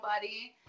buddy